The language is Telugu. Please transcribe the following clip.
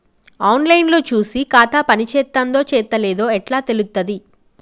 ఆన్ లైన్ లో చూసి ఖాతా పనిచేత్తందో చేత్తలేదో ఎట్లా తెలుత్తది?